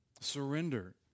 Surrender